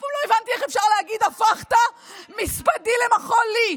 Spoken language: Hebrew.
אף פעם לא הבנתי איך אפשר להגיד "הפכת מספדי למחול לי".